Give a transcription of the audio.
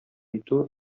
итү